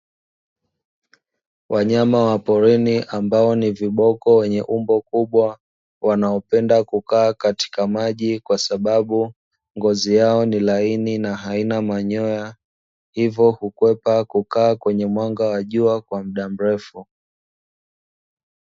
Wanyama wa porini ambao ni viboko wenye umbo kubwa ambao wapenda kukaa katika maji kwa sababu ngozi yao ni laini, na haina manyoya hivyo hukwepa kukaa kwenye mwanga wa jua kwa mda mrefu.